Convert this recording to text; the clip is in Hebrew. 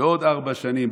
בעוד ארבע שנים,